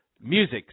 music